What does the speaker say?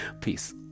Peace